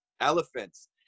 elephants